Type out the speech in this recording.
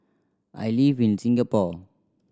I live in Singapore